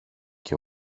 και